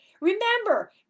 Remember